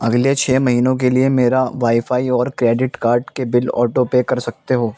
اگلے چھ مہینوں کے لیے میرا وائی فائی اور کریڈٹ کارڈ کے بل آٹو پے کر سکتے ہو